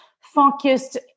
focused